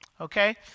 Okay